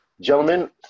gentlemen